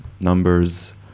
numbers